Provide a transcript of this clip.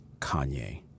Kanye